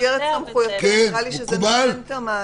"במסגרת סמכויותיה", נראה לי שזה נותן את המענה.